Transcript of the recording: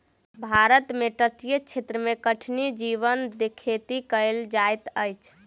भारत में तटीय क्षेत्र में कठिनी जीवक खेती कयल जाइत अछि